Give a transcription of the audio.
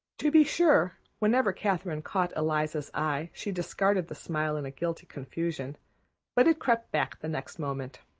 to be sure, whenever catherine caught eliza's eye she discarded the smile in guilty confusion but it crept back the next moment.